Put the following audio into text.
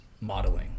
modeling